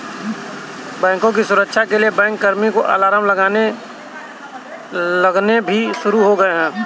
बैंकों की सुरक्षा के लिए बैंकों में अलार्म लगने भी शुरू हो गए हैं